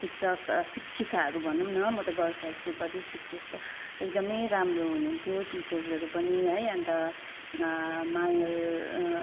शिक्षक शिक्षिकाहरू भनौँ न म त गर्ल्स हाई स्कुल पढ्थेँ शिक्षा स एकदमै राम्रो हुनुहुन्थ्यो टिचर्सहरू पनि है अन्त मायल